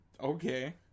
Okay